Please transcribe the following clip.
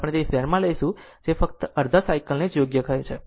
તેથી આપણે ફક્ત તે જ ધ્યાનમાં લઈશું જે ફક્ત અડધા સાયકલ ને જ યોગ્ય કહે છે